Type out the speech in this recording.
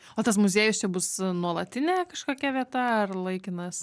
o tas muziejus čia bus nuolatinė kažkokia vieta ar laikinas